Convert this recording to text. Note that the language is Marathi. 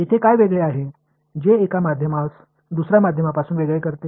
येथे काय वेगळे आहे जे एका माध्यामास दुसर्या माध्यमापासून वेगळे करते